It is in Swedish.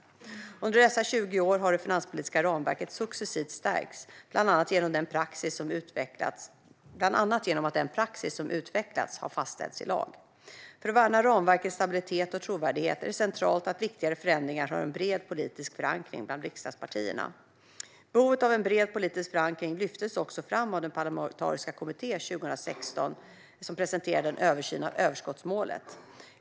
Under dessa 20 år har det finanspolitiska ramverket successivt stärkts, bland annat genom att den praxis som utvecklats har fastställts i lag. För att värna ramverkets stabilitet och trovärdighet är det centralt att viktigare förändringar har en bred politisk förankring bland riksdagspartierna. Behovet av en bred politisk förankring lyftes också fram av den parlamentariska kommitté som 2016 presenterade en översyn av överskottsmålet.